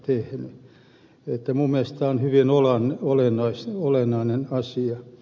minun mielestäni tämä on hyvin olennainen asia